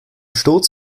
sturz